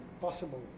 possible